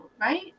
right